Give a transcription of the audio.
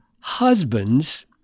Husbands